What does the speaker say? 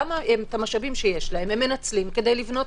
למה את המשאבים שיש להם הם מנצלים כדי לבנות